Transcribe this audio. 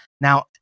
Now